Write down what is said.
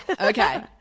Okay